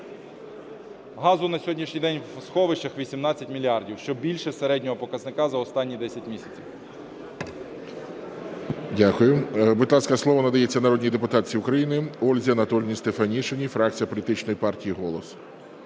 Газу на сьогоднішній день в сховищах – 18 мільярдів, що більше середнього показника за останні 10 місяців. ГОЛОВУЮЧИЙ. Дякую. Будь ласка, слово надається народній депутатці України Ользі Анатоліївні Стефанишиній, фракція політичної партії "Голос".